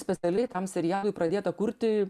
specialiai tam serialui pradėta kurti